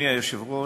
אדוני היושב-ראש,